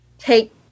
take